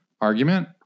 argument